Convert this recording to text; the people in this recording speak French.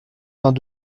vingt